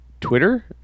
Twitter